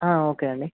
okay అండి